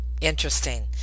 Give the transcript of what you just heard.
interesting